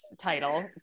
title